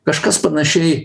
kažkas panašiai